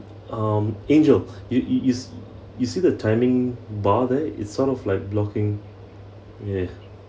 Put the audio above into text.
um angel you you you s~ you see the timing bar there it's sort of like blocking ya